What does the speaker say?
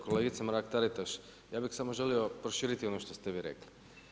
Kolegice Mrak-Taritaš, ja bih samo želio proširiti ono što ste vi rekli.